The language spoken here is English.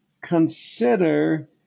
consider